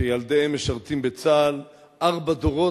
שילדיהם משרתים בצה"ל ארבעה דורות.